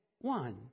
One